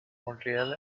montreal